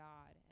God